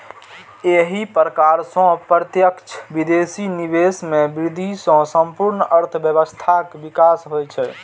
एहि प्रकार सं प्रत्यक्ष विदेशी निवेश मे वृद्धि सं संपूर्ण अर्थव्यवस्थाक विकास होइ छै